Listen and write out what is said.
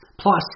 Plus